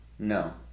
no